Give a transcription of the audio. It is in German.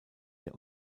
der